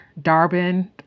Darbin